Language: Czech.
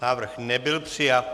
Návrh nebyl přijat.